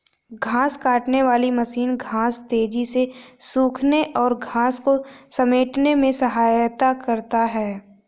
घांस काटने वाली मशीन घांस तेज़ी से सूखाने और घांस को समेटने में सहायता करता है